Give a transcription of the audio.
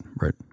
right